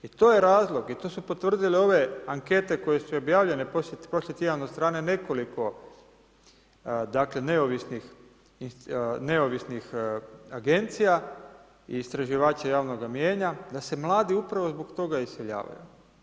I to je razlog i to su potvrdile ove ankete koje su objavljene prošli tjedan od strane nekoliko neovisnih agencija i istraživača javnoga mijenja, da se mladi upravo zbog toga iseljavaju.